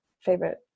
favorite